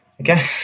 Okay